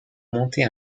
monter